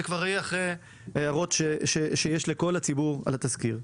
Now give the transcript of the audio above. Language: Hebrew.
זה כבר יהיה אחרי ההערות שיש לציבור על התזכיר.